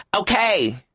Okay